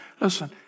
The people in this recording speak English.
Listen